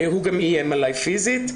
הוא גם איים עלי פיזית.